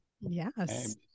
Yes